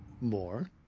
more